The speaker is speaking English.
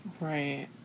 right